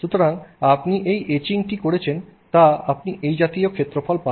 সুতরাং আপনি এই এচিংটি করেছেন যাতে আপনি এই জাতীয় ক্ষেত্রফল পান